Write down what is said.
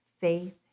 faith